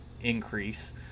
increase